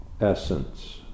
essence